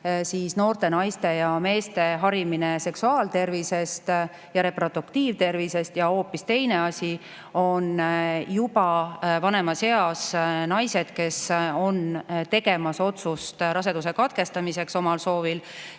asi on noorte naiste ja meeste harimine seksuaaltervise ja reproduktiivtervise teemal ja hoopis teine [sihtgrupp] on juba vanemas eas naised, kes on tegemas otsust raseduse katkestamiseks omal soovil.